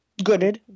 Gooded